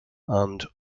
and